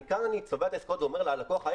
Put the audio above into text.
כאן אני צובע את העסקאות ואומר ללקוח,